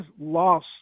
loss